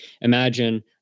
imagine